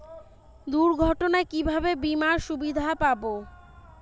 দুর্ঘটনায় কিভাবে বিমার সুবিধা পাব?